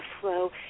flow